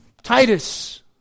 Titus